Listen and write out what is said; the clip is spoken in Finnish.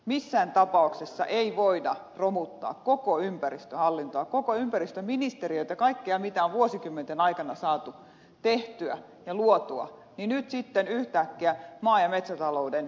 missään tapauksessa ei voida romuttaa koko ympäristöhallintoa koko ympäristöministeriötä kaikkea mitä on vuosikymmenten aikana saatu tehtyä ja luotua nyt sitten yhtäkkiä maa ja metsätalouden alajaostoksi